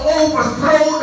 overthrow